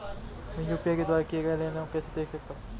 मैं यू.पी.आई के द्वारा किए गए लेनदेन को कैसे देख सकता हूं?